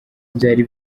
byari